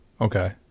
Okay